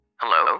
hello